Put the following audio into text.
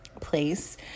place